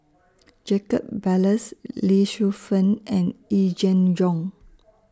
Jacob Ballas Lee Shu Fen and Yee Jenn Jong